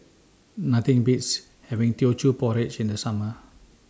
Nothing Beats having Teochew Porridge in The Summer